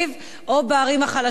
זה דבר שהוא בלתי אפשרי.